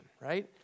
right